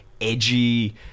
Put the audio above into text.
edgy